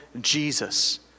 Jesus